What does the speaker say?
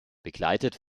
begleitet